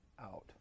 out